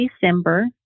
December